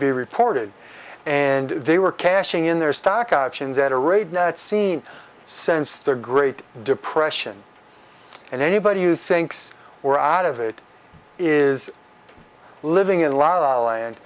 be reported and they were cashing in their stock options at a rate not seen since the great depression and anybody who thinks we're out of it is living in la la land